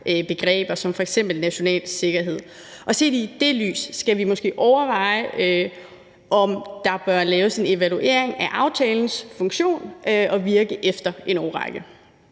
begreber som f.eks. national sikkerhed, og set i det lys skal vi måske overveje, om der bør laves en evaluering af aftalens funktion og virke efter en årrække.